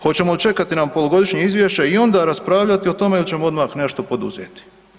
Hoćemo li čekati na polugodišnje izvješće i onda raspravljati o tome ili ćemo odmah nešto poduzeti?